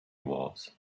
was